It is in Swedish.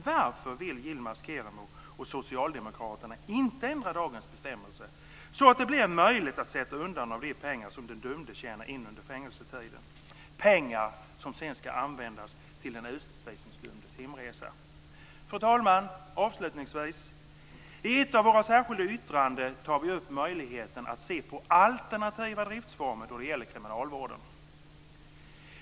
Varför vill Yilmaz Kerimo och Socialdemokraterna inte ändra dagens bestämmelser så att det blir möjligt att sätta undan av de pengar som den dömde tjänar in under fängelsetiden, pengar som sedan ska användas till den utvisningsdömdes hemresa? Fru talman! Avslutningsvis: I ett av våra särskilda yttranden tar vi upp möjligheten att se på alternativa driftsformer då det gäller kriminalvården.